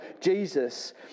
Jesus